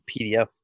PDF